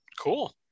Cool